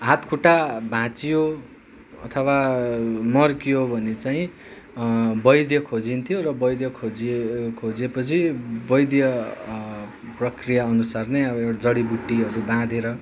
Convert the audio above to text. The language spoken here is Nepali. हातखुट्टा भाँचियो अथवा मर्कियो भने चाहिँ वैद्ध खोजीन्थ्यो र वैद्ध खोजी खोजे पछि वैद्ध प्रक्रिया अनुसार नै अब एउटा जडीबुटीहरू बाँधेर